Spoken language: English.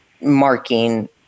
marking